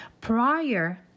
prior